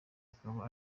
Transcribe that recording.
akaba